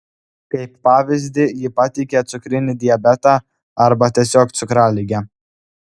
kaip pavyzdį ji pateikia cukrinį diabetą arba tiesiog cukraligę